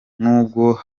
nubwo